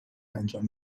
انجام